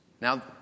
Now